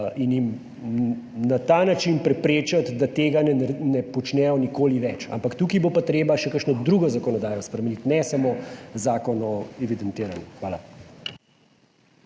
(Nadaljevanje) da tega ne počnejo nikoli več. Ampak tukaj bo pa treba še kakšno drugo zakonodajo spremeniti, ne samo Zakon o evidentiranju. Hvala.